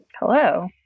Hello